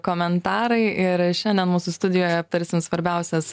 komentarai ir šiandien mūsų studijoje aptarsim svarbiausias